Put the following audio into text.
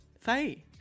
Faye